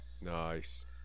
Nice